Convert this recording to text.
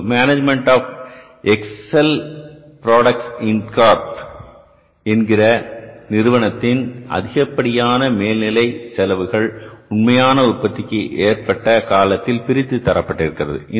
இங்கு management of Excel products Inc என்ற நிறுவனத்தில் அதிகப்படியான மேல்நிலை செலவுகள் உண்மையான உற்பத்திக்கு ஏற்பட்ட காலத்தில் பிரித்து தரப்பட்டிருக்கிறது